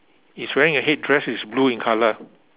is wearing a headdress it's blue in colour